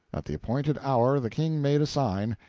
at the appointed hour the king made a sign,